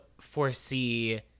foresee